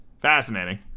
fascinating